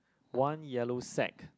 one yellow sac